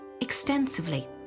extensively